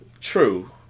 true